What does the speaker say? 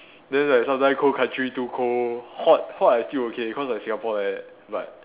then like sometimes cold country too cold hot hot I still okay cause like Singapore like that but